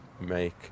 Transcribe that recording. make